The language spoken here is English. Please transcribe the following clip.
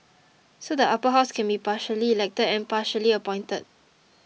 so the Upper House can be partially elected and partially appointed